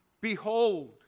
Behold